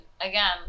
again